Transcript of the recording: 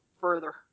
further